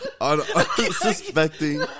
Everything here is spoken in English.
unsuspecting